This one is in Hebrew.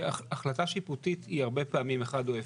החלטה שיפוטית היא הרבה פעמים אחד או אפס,